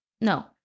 No